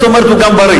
זאת אומרת שהוא גם בריא.